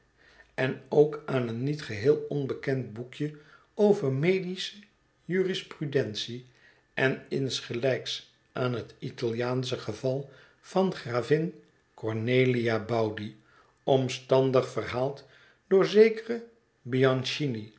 en ook aan een niet geheel onbekend boekje over medische jurisprudentie en insgelijks aan het italiaansche geval van gravin cornelia baudi omstandig verhaald door zekeren bianchini